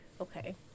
okay